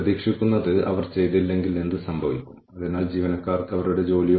ഒരുപക്ഷേ നേരത്തെ അവർ ഫോൺ എടുത്ത് അവരുടെ അപേക്ഷ എവിടെയാണെന്ന് ചോദിക്കും